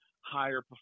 higher